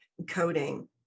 coding